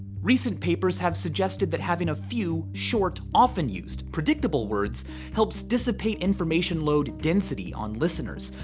recent papers have suggested that having a few short, often used, predictable words helps dissipate information load density on listeners,